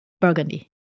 Burgundy